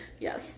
Yes